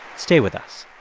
stay with us